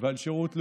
ועל שירות לאומי,